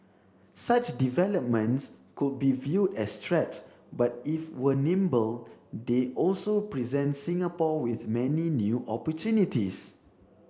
such developments could be viewed as threats but if we are nimble they also present Singapore with many new opportunities